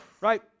right